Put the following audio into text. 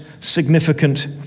significant